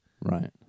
Right